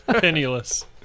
Penniless